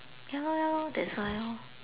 ya lor ya lor that's why lor